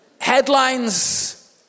headlines